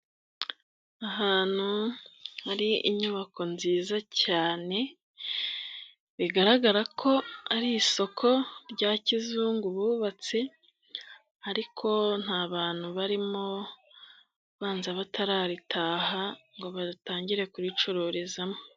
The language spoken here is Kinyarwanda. Ahantu hari inyubako nziza cyane bigaragara ko ari isoko rya kizungu bubatse ariko nta bantu barimo banza batararitaha ngo batangire kuricururizamo.